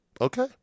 okay